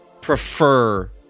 prefer